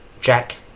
Jack